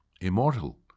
immortal